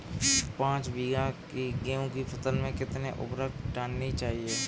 पाँच बीघा की गेहूँ की फसल में कितनी उर्वरक डालनी चाहिए?